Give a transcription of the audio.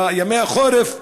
בימי החורף,